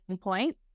point